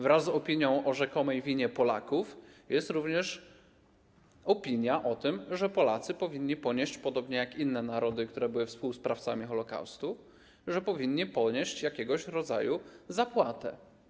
Wraz z opinią o rzekomej winie Polaków jest również opinia o tym, że Polacy powinni ponieść, podobnie jak inne narody, które były współsprawcami Holokaustu, jakiegoś rodzaju zapłatę.